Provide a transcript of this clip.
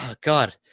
God